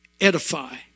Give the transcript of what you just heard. edify